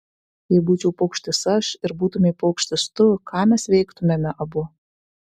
jei būčiau paukštis aš ir būtumei paukštis tu ką mes veiktumėme abu